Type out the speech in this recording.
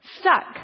stuck